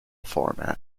format